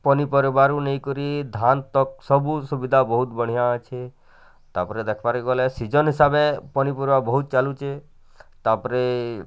ପନିପରିବାରୁ ନେଇ କରି ଧାନ୍ ତକ୍ ସବୁ ସୁବିଧା ବହୁତ୍ ବଢ଼ିଆଁ ଅଛି ତା'ପରେ ଦେଖିବାର୍ ଗଲେ ସିଜନ୍ ହିସାବରେ ପନିପରିବା ବହୁତ୍ ଚାଲୁଛି ତା'ପରେ